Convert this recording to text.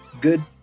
good